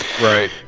Right